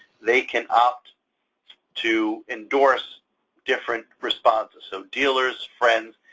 they can opt to endorse different responses, so dealers, friends.